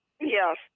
Yes